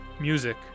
music